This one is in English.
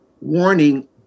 Warning